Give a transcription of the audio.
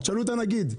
תשאלו את הנגיד,